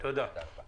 תודה רבה.